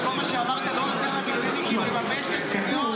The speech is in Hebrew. כי כל מה שאמרת לא עוזר למילואימניקים לממש את הזכויות,